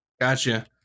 Gotcha